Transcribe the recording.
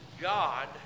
God